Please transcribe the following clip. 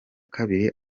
kabiri